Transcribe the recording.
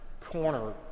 corner